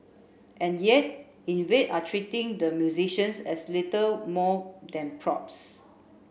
and yet Invade are treating the musicians as little more than props